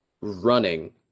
running